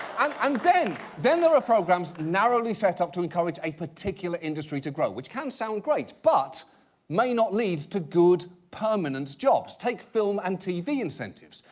um and then then there are programs narrowly set up to encourage a particular industry to grow. which can sound great, but may not lead to good, permanent jobs. take film and tv incentives.